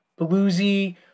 bluesy